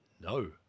No